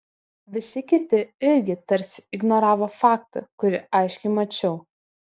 visi kiti irgi tarsi ignoravo faktą kurį aiškiai mačiau